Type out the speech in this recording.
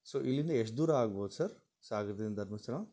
so ಇಲ್ಲಿಂದ ಎಷ್ಟು ದೂರ ಆಗ್ಬೋದು ಸರ್ ಸಾಗರ್ದಿಂದ ಧರ್ಮಸ್ಥಳ